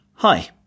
Hi